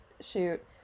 shoot